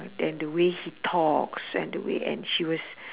then the way he talks and the way and she was